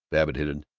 babbitt hinted,